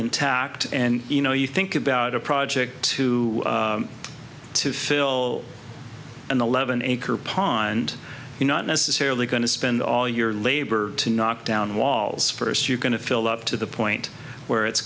intact and you know you think about a project to to fill an eleven acre pond you not necessarily going to spend all your labor to knock down walls first you're going to fill up to the point where it's